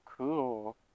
Cool